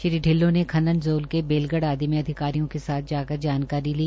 श्री ढिल्लों ने खनन जोन के बेलगढ़ आदि में अधिकारियों के साथ जाकर जानकारी ली